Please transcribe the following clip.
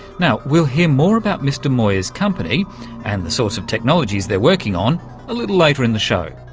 now, we'll hear more about mr moir's company and the sorts of technologies they're working on a little later in the show.